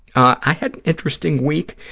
i had interesting week.